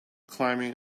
climbing